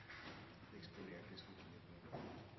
det i Stortinget.